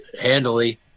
handily